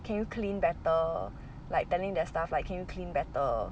can you clean better like telling their staff like can you clean better